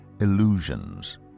illusions